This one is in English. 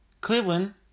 Cleveland